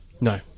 no